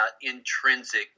intrinsic